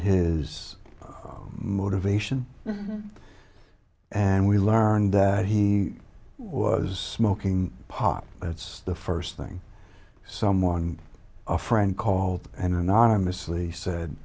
his motivation and we learned he was smoking pot that's the first thing someone a friend called and anonymously said